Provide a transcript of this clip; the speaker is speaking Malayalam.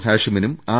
ഹാഷിമിനും ആർ